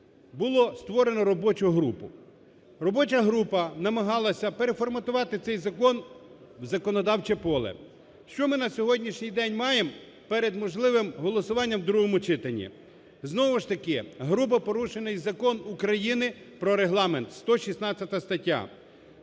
була створена робоча група. Робоча група намагалися переформатувати цей закон в законодавче поле. Що ми на сьогоднішній день маємо перед можливим голосуванням у другому читанні? Знову ж таки грубо порушений Закон України про Регламент, 116 стаття,